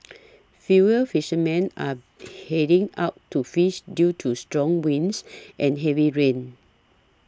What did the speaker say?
fewer fishermen are heading out to fish due to strong winds and heavy rain